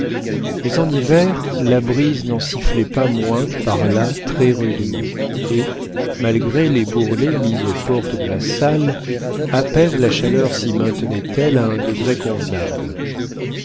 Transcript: mais en hiver la bise n'en sifflait pas moins par là très rudement et malgré les bourrelets mis aux portes de la salle à peine la chaleur s'y maintenait elle à un degré convenable